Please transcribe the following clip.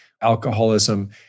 alcoholism